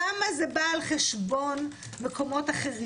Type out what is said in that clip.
כמה זה בא על חשבון מקומות אחרים?